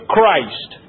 Christ